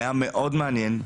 היה מאוד מעניין.